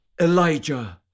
Elijah